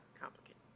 complicated